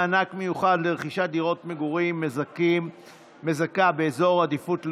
מענק מיוחד לרכישת דירת מגורים מזכה באזור עדיפות לאומית),